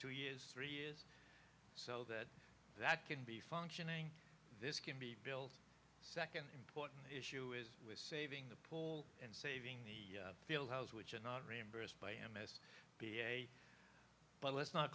two years three years so that that can be functioning this can be built second important issue is with saving the pool and saving the fieldhouse which are not reimbursed by m s p a but let's not